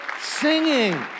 singing